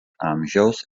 amžiaus